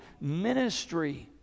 ministry